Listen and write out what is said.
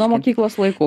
nuo mokyklos laikų